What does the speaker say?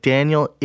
Daniel